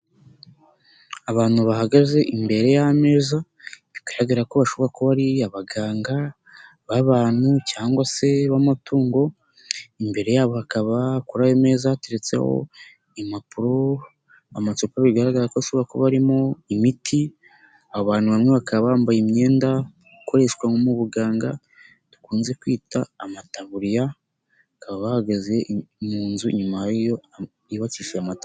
Abantu bahagaze imbere y'ameza bigaragara ko bashobora kuba ari abaganga b'abantu, cyangwa se b'amatungo, imbere yabo ha bakaba bakoraraho ameeza hateretseho impapuro, amacupa bigaragara ko ashobora kubamo imiti, abantu bamwe bakaba bambaye imyenda bakoreshwa mu buganga, dukunze kwita amataburiya, bakaba bahagaze mu nzu inyuma hariyo yubakishije amata.